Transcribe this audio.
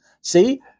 See